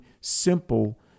simple